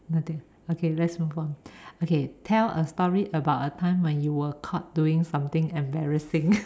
okay let's move on okay tell a story about a time when you were caught doing something embarrassing